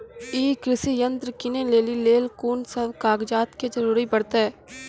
ई कृषि यंत्र किनै लेली लेल कून सब कागजात के जरूरी परतै?